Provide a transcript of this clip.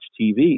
TV